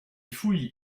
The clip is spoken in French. fouilles